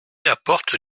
apporte